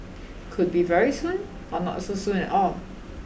could be very soon or not so soon at all